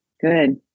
Good